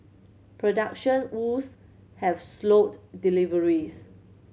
production woes have slowed deliveries